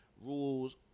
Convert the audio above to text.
rules